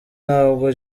ntabwo